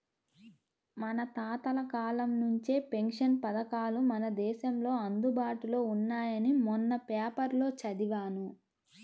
మన తాతల కాలం నుంచే పెన్షన్ పథకాలు మన దేశంలో అందుబాటులో ఉన్నాయని మొన్న పేపర్లో చదివాను